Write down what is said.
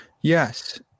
Yes